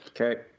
Okay